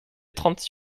trente